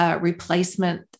replacement